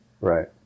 Right